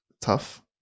tough